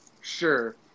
Sure